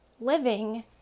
living